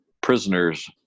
Prisoners